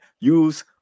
Use